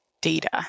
data